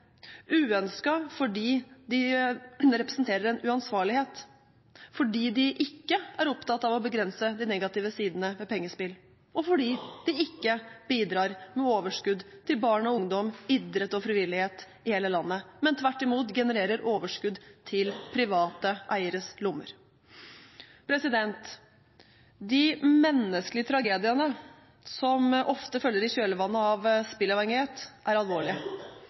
fordi de representerer en uansvarlighet, fordi de ikke er opptatt av å begrense de negative sidene ved pengespill, og fordi de ikke bidrar med overskudd til barn og ungdom, idrett og frivillighet i hele landet, men tvert imot genererer overskudd til private eieres lommer. De menneskelige tragediene som ofte følger i kjølvannet av spilleavhengighet, er alvorlige.